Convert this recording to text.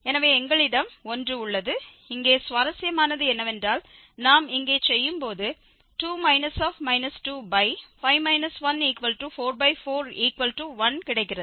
எனவே எங்களிடம் 1 உள்ளது இங்கே சுவாரஸ்யமானது என்னவென்றால் நாம் இங்கே செய்யும்போது 2 25 1441 கிடைக்கிறது